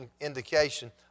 indication